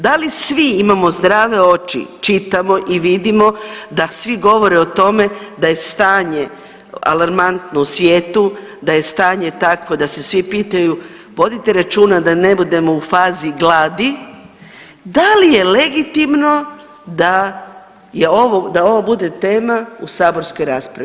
Da li svi imamo zdrave oči, čitamo i vidimo da svi govore o tome da je stanje alarmantno u svijetu, da je stanje takvo da se svi pitaju vodite računa da ne budemo u fazi gladi, da li je legitimno da je ovo, da ovo bude tema u saborskoj raspravi?